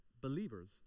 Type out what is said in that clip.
believers